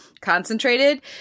concentrated